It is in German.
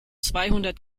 zweihundert